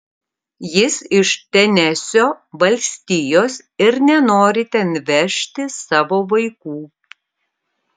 jis iš tenesio valstijos ir nenori ten vežti savo vaikų